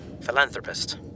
Philanthropist